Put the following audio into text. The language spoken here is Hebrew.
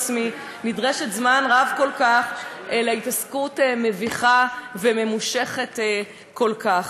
עצמי נדרשת זמן רב כל כך להתעסקות מביכה וממושכת כל כך.